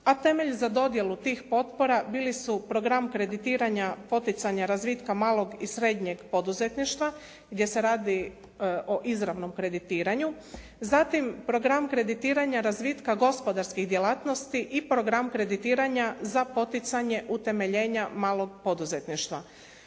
a temelj za dodjelu tih potpora bili su Program kreditiranja poticanja razvitka malog i srednjeg poduzetništva gdje se radi o izravnom kreditiranju, zatim Program kreditiranja razvitka gospodarskih djelatnosti i Program kreditiranja za poticanje utemeljenja malog poduzetništva.